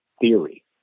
theory